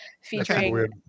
featuring